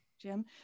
Jim